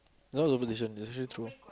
not superstition it's actually true